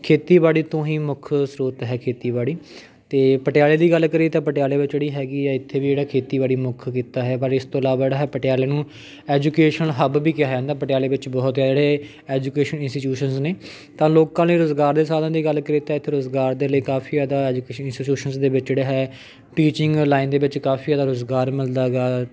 ਖੇਤੀਬਾੜੀ ਤੋਂ ਹੀ ਮੁੱਖ ਸ੍ਰੋਤ ਹੈ ਖੇਤੀਬਾੜੀ ਅਤੇ ਪਟਿਆਲੇ ਦੀ ਗੱਲ ਕਰੀਏ ਤਾਂ ਪਟਿਆਲੇ ਵਿੱਚ ਜਿਹੜੀ ਹੈਗੀ ਆ ਇੱਥੇ ਵੀ ਜਿਹੜਾ ਖੇਤੀਬਾੜੀ ਮੁੱਖ ਕਿੱਤਾ ਹੈ ਪਰ ਇਸ ਤੋਂ ਇਲਾਵਾ ਜਿਹੜਾ ਹੈ ਪਟਿਆਲੇ ਨੂੰ ਐਜੂਕੇਸ਼ਨ ਹੱਬ ਵੀ ਕਿਹਾ ਜਾਂਦਾ ਪਟਿਆਲੇ ਵਿੱਚ ਬਹੁਤ ਜਿਹੜੇ ਐਜੂਕੇਸ਼ਨ ਇੰਸਟੀਟਿਊਸ਼ਨਸ ਨੇ ਤਾਂ ਲੋਕਾਂ ਨੇ ਰੁਜ਼ਗਾਰ ਦੇ ਸਾਧਨਾਂ ਦੀ ਗੱਲ ਕਰੀਏ ਤਾਂ ਇੱਥੇ ਰੁਜ਼ਗਾਰ ਦੇ ਲਈ ਕਾਫੀ ਜ਼ਿਆਦਾ ਐਜੂਕੇਸ਼ਨ ਇੰਸਟੀਟਿਊਸ਼ਨਸ ਦੇ ਵਿੱਚ ਜਿਹੜੇ ਹੈ ਟੀਚਿੰਗ ਲਾਈਨ ਦੇ ਵਿੱਚ ਕਾਫੀ ਜ਼ਿਆਦਾ ਰੁਜ਼ਗਾਰ ਮਿਲਦਾ ਗਾ